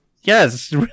yes